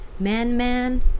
Man-man